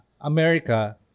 America